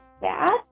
bad